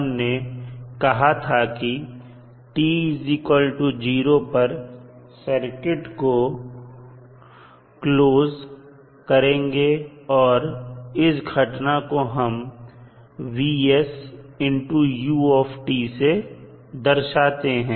हमने कहा था की t0 पर सर्किट को क्लोज करेंगे और इस घटना को हम u से दर्शाते हैं